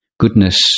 Goodness